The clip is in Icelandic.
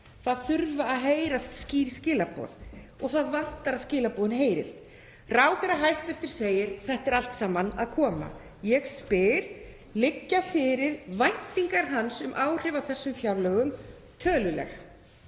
Það þurfa að heyrast skýr skilaboð og það vantar að skilaboðin heyrist. Hæstv. ráðherra segir: Þetta er allt saman að koma. Ég spyr: Liggja fyrir væntingar hans um töluleg áhrif af þessum fjárlögum? Telur